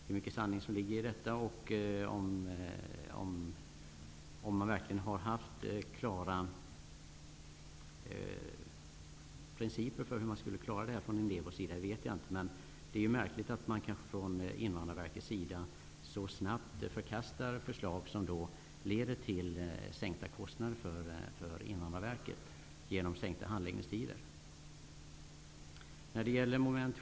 Hur mycket sanning som ligger i detta och om Indevo verkligen har haft klara principer för hur det skulle gå till vet jag inte, men det är märkligt att Invandrarverket så snabbt förkastar förslag som skulle leda till sänkta kostnader genom kortare handläggningstider.